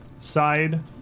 side